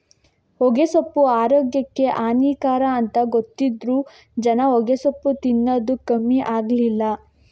ಹೊಗೆಸೊಪ್ಪು ಆರೋಗ್ಯಕ್ಕೆ ಹಾನಿಕರ ಅಂತ ಗೊತ್ತಿದ್ರೂ ಜನ ಹೊಗೆಸೊಪ್ಪು ತಿನ್ನದು ಕಮ್ಮಿ ಆಗ್ಲಿಲ್ಲ